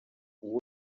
uwo